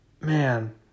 man